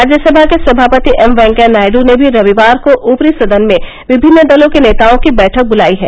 राज्यसभा के सभापति एम वेंकैया नायड़ ने भी रविवार को ऊपरी सदन में विभिन्न दलों के नेताओं की बैठक बुलाई है